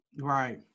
Right